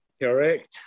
Correct